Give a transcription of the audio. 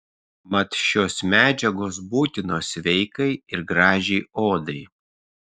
mat šios medžiagos būtinos sveikai ir gražiai odai